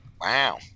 Wow